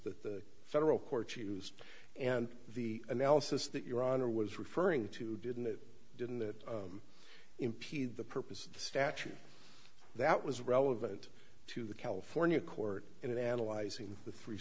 that the federal court used and the analysis that your honor was referring to didn't it didn't that impede the purpose of the statute that was relevant to the california court in analyzing the three